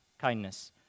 Kindness